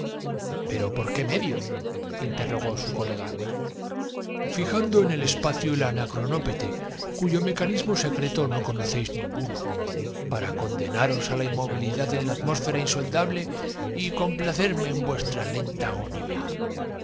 pero por qué medio interrogó su colega estaba mientras don sindulfo se mesaba los cabellos fijando en el espacio el anacronópete cuyo meca de desesperación al presentir su derrota nismo secreto no conocéis ninguno para condenaros á la inmovilidad en la atmósfera insondable y compla miradinsistió el políglota leyendo en el libro cerme en vuestra lenta agonía